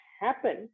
happen